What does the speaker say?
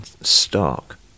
stark